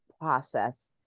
process